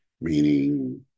meaning